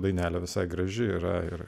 dainelę visai graži yra ir